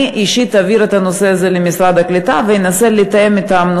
אני אישית אעביר את הנושא הזה למשרד הקליטה ואנסה לתאם אתם,